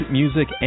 music